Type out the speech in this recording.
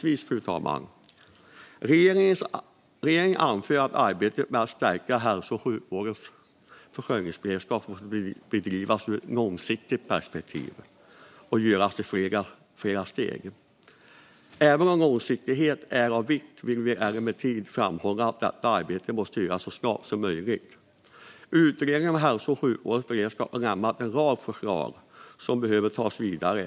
Fru talman! Regeringen anför att arbetet med att stärka hälso och sjukvårdens försörjningsberedskap måste bedrivas med ett långsiktigt perspektiv och göras i flera steg. Även om långsiktighet är av vikt vill vi framhålla att detta arbete måste göras så snart det är möjligt. Utredningen om hälso och sjukvårdens beredskap har lämnat en rad förslag som behöver tas vidare.